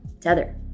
Tether